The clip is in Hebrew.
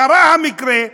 קרה המקרה,